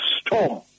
storm